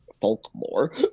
folklore